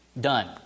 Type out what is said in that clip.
Done